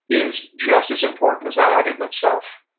is just as important as that item itself.